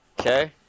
Okay